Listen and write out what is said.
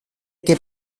que